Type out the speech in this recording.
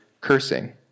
cursing